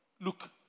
look